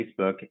Facebook